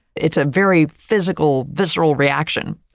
it's a very physical, visceral reaction,